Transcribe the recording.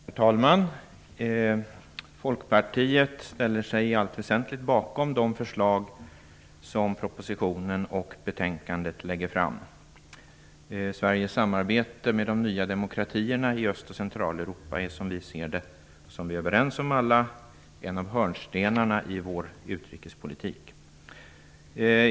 Herr talman! Folkpartiet ställer sig i allt väsentligt bakom de förslag som läggs fram i propositionen och i betänkandet. Sveriges samarbete med de nya demokratierna i Öst och Centraleuropa är, som vi ser det och som vi alla är överens om, en av hörnstenarna i vår utrikespolitik.